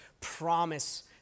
promise